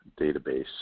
database